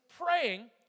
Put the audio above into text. praying